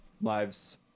lives